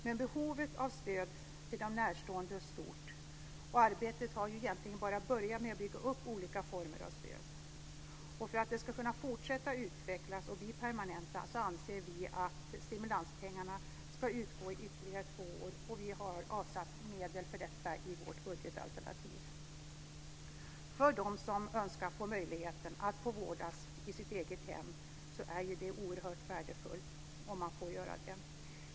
Men behovet av stöd till de närstående är stort, och arbetet med att bygga upp olika former av stöd har egentligen bara börjat. För att detta ska kunna fortsätta att utvecklas och bli permanent anser vi att stimulanspengarna ska utgå i ytterligare två år, och vi har avsatt medel för detta i vårt budgetalternativ. För dem som så önskar är möjligheten att få vårdas i sitt eget hem oerhört värdefull.